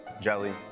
jelly